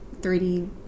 3D